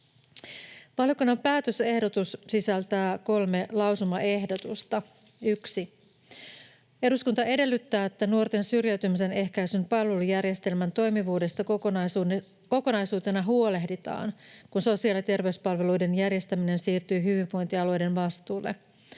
Valiokunnan päätösehdotus sisältää kolme lausumaehdotusta: ”1. Eduskunta edellyttää, että nuorten syrjäytymisen ehkäisyn palvelujärjestelmän toimivuudesta kokonaisuutena huolehditaan, kun sosiaali‑ ja terveyspalveluiden järjestäminen siirtyy hyvinvointialueiden vastuulle.